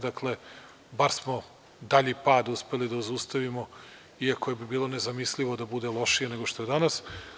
Dakle, bar smo dalji pad uspeli da zaustavimo, iako bi bilo nezamislivo da bude lošije nego što je danas.